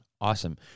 Awesome